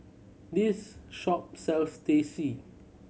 this shop sells Teh C